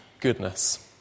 goodness